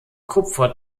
kupfer